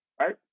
right